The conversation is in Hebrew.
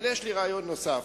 אבל יש לי רעיון נוסף.